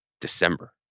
December